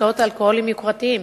משקאות אלכוהוליים יוקרתיים,